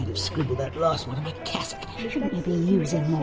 scribbled that last one on my cassock. shouldn't you be using more,